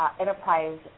enterprise